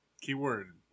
Keyword